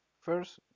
first